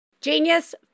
Genius